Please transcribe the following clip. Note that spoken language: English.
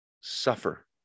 suffer